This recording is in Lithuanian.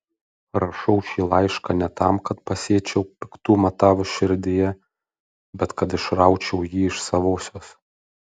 rašau šį laišką ne tam kad pasėčiau piktumą tavo širdyje bet kad išraučiau jį iš savosios